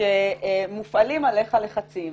שמופנים אליך לחצים,